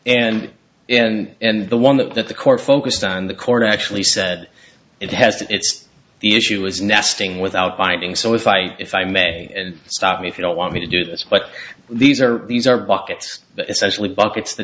on and and the one that the court focused on the court actually said it has it's the issue is nesting without binding so if i if i may stop me if you don't want me to do this but these are these are buckets essentially buckets the